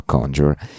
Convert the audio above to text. Conjure